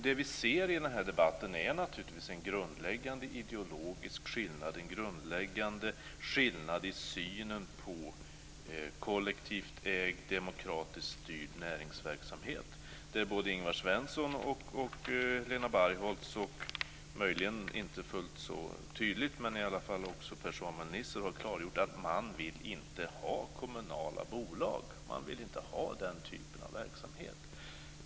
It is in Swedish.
Det vi ser i den här debatten är naturligtvis en grundläggande ideologisk skillnad, en grundläggande skillnad i synen på kollektivt ägd, demokratiskt styrd näringsverksamhet. Både Ingvar Svensson och Helena Bargholtz - och möjligen Per-Samuel Nisser, om än inte fullt så tydligt - har klargjort att man inte vill ha kommunala bolag. Man vill inte ha den typen av verksamhet.